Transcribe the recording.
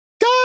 God